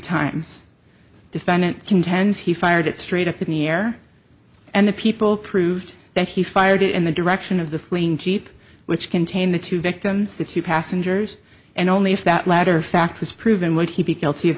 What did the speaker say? times defendant contends he fired it straight up in the air and the people proved that he fired in the direction of the fleeing jeep which contained the two victims the two passengers and only if that latter fact was proven would he be guilty of